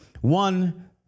One